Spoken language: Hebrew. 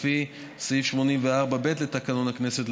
לפי סעיף 84(ב) לתקנון הכנסת,